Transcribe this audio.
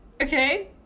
Okay